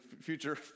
future